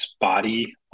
body